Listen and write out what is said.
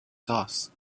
sauce